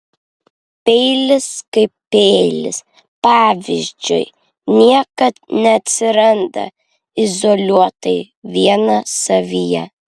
peilis kaip peilis pavyzdžiui niekad neatsiranda izoliuotai vienas savyje